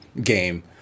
game